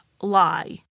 lie